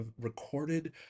recorded